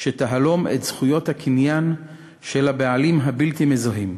שתהלום את זכויות הקניין של הבעלים הבלתי-מזוהים.